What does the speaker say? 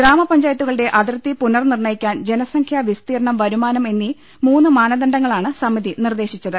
ഗ്രാമപഞ്ചായത്തുകളുടെ അതിർത്തി പുന്നർനീർണയിക്കാൻ ജന സംഖ്യ വിസ്തീർണ്ണം വരുമാനം എന്നീ മൂന്ന് മാനദണ്ഡങ്ങളാണ് സമിതി നിർദേശിച്ചത്